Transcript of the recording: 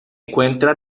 encuentra